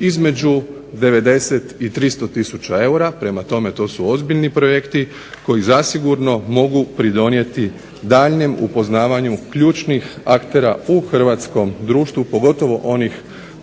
između 90 i 300 tisuća eura. Prema tome, to su ozbiljni projekti koji zasigurno mogu pridonijeti daljnjem upoznavanju ključnih aktera u hrvatskom društvu, pogotovo onih